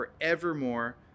forevermore